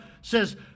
says